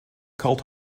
cult